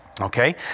Okay